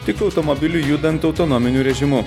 tik automobiliui judant autonominiu režimu